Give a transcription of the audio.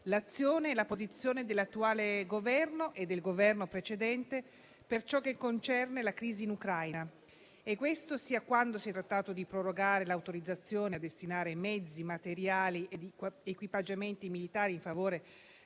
l'azione e la posizione del Governo attuale e di quello precedentemente per ciò che concerne la crisi in Ucraina; e questo sia quando si è trattato di prorogare l'autorizzazione a destinare mezzi, materiali ed equipaggiamenti militari in favore